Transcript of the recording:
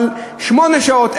אבל שמונה שעות,